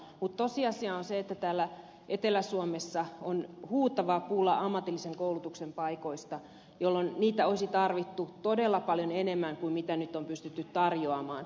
mutta tosiasia on se että täällä etelä suomessa on huutava pula ammatillisen koulutuksen paikoista jolloin niitä olisi tarvittu todella paljon enemmän kuin nyt on pystytty tarjoamaan